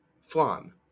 Flan